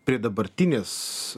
prie dabartinės